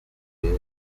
has